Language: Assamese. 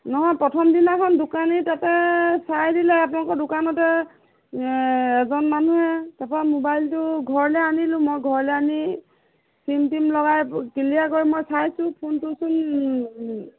নহয় প্ৰথম দিনাখন দোকানী তাতে চাই দিলে আপোনালোকৰ দোকানতে এজন মানুহে তাৰপৰা মোবাইলটো ঘৰলৈ আনিলোঁ মই ঘৰলৈ আনি চিম তিম লগাই ক্লিয়াৰ কৰি মই চাইছো ফোনটোচোন